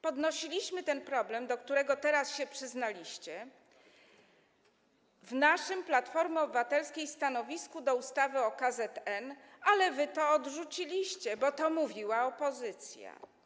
Podnosiliśmy ten problem, do którego teraz się przyznaliście, w naszym, Platformy Obywatelskiej, stanowisku w sprawie ustawy o KZN, ale wy to odrzuciliście, bo to mówiła opozycja.